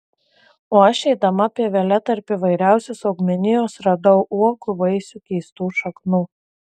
o aš eidama pievele tarp įvairiausios augmenijos radau uogų vaisių keistų šaknų